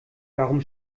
warum